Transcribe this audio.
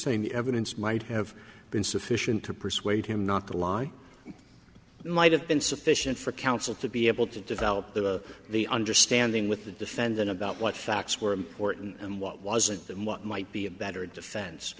saying the evidence might have been sufficient to persuade him not to lie might have been sufficient for counsel to be able to develop the understanding with the defendant about what facts were important and what wasn't and what might be a better defense